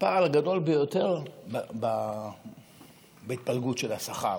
הפער הגדול ביותר בהתפלגות של השכר